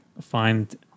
find